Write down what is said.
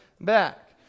back